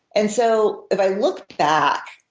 and so if i look back,